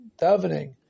davening